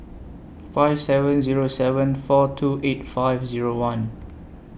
five seven Zero seven four two eight five Zero one